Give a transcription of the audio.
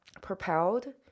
propelled